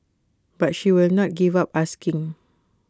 but she will not give up asking